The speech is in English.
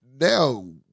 now